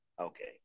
Okay